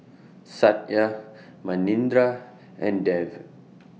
Satya Manindra and Dev